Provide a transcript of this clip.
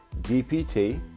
DPT